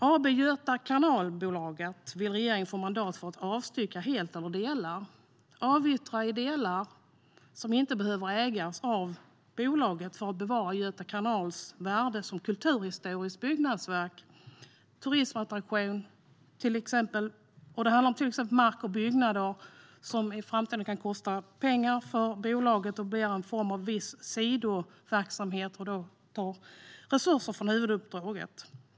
AB Göta kanalbolag vill regeringen få mandat att avstycka helt eller delvis för att avyttra de delar som inte behöver ägas av bolaget. Detta för att bevara Göta kanals värde som kulturhistoriskt byggnadsverk och turistattraktion. Det handlar om till exempel mark och byggnader som i framtiden kan kosta pengar för bolaget. Det blir en sidoverksamhet som tar resurser från huvuduppdraget.